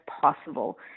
possible